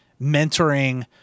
mentoring